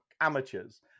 amateurs